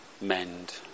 mend